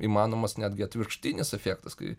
įmanomas netgi atvirkštinis efektas kai